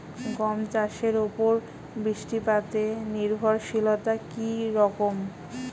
গম চাষের উপর বৃষ্টিপাতে নির্ভরশীলতা কী রকম?